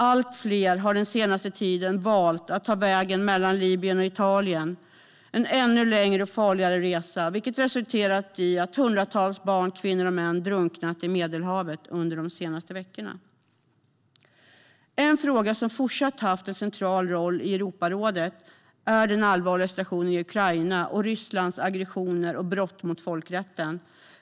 Allt fler har den senaste tiden valt att ta vägen mellan Libyen och Italien, en ännu längre och farligare resa. Detta har resulterat i att hundratals barn, kvinnor och män drunknat i Medelhavet under de senaste veckorna. En fråga som fortsatt haft en central roll i Europarådet är den allvarliga situationen i Ukraina och Rysslands aggressioner och brott mot folkrätten.